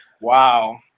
Wow